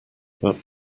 but